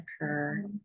occur